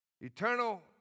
Eternal